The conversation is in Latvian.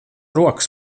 rokas